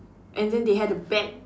and then they had a bet